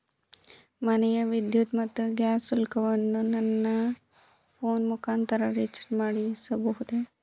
ಮನೆಯ ವಿದ್ಯುತ್ ಮತ್ತು ಗ್ಯಾಸ್ ಶುಲ್ಕವನ್ನು ನನ್ನ ಫೋನ್ ಮುಖಾಂತರ ರಿಚಾರ್ಜ್ ಮಾಡಬಹುದೇ?